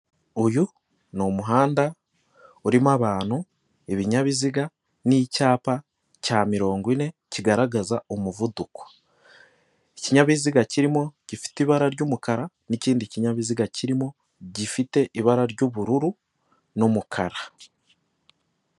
Uyu ni umuhanda urimo abantu, ibinyabiziga n'icyapa cya mirongo ine kigaragaza umuvuduko, ikinyabiziga kirimo gifite ibara ry'umukara n'ikindi kinyabiziga kirimo gifite ibara ry'ubururu n'umukara.